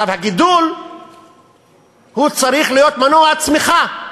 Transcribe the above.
הגידול צריך להיות מנוע צמיחה,